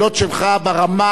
ברמה החוקתית,